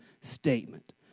statement